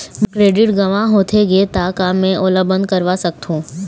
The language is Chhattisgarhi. मोर क्रेडिट गंवा होथे गे ता का मैं ओला बंद करवा सकथों?